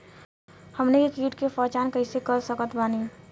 हमनी के कीट के पहचान कइसे कर सकत बानी?